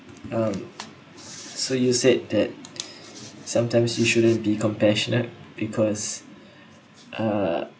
um so you said that sometimes you shouldn't be compassionate because uh